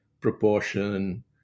proportion